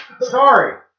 Sorry